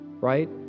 Right